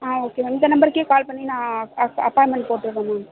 ஆ okay ma'am இந்த நம்பருக்கே call பண்ணி நான் அப் அப் அப்பாய்மெண்ட் போட்டுவிட்றேன் மேம்